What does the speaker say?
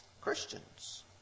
Christians